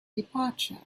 departure